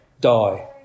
die